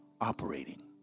operating